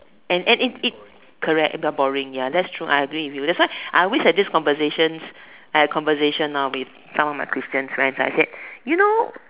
and and it it correct very boring ya that's true I agree with you that's why I alway have this conversations I had a conversation orh with some of my Christian friends I said you know